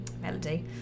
melody